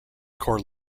core